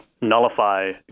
nullify